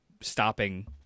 stopping